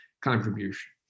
contribution